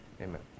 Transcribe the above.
amen